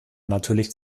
natürlich